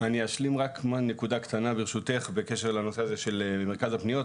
אני אשלים רק נקודה קטנה ברשותך בקשר לנושא הזה של מרכז הפניות.